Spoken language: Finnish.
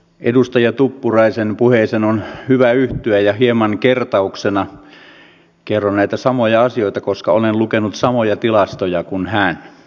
edustaja tuppuraisen puheeseen on hyvä yhtyä ja hieman kertauksena kerron näitä samoja asioita koska olen lukenut samoja tilastoja kuin hän